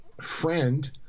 friend